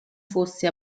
fosse